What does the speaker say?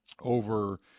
Over